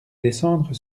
descendre